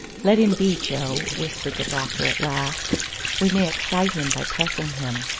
let him be, joe, whispered the doctor at last we may excite him by pressing him.